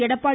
Edappadi